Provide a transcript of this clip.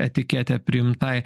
etikete priimtai